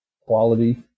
quality